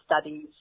studies